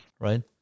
Right